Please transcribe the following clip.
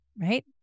right